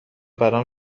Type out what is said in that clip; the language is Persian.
برام